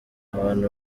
abantu